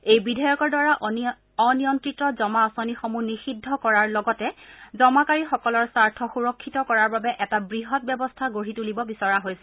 এই বিধেয়কৰ দ্বাৰা অনিয়ন্তিত জমা আঁচনিসমূহ নিযিদ্ধ কৰাৰ লগতে জমাকাৰীসকলৰ স্বাৰ্থ সুৰক্ষিত কৰাৰ বাবে এটা বৃহৎ ব্যৱস্থা গঢ়ি তুলিব বিচৰা হৈছে